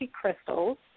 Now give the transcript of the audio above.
crystals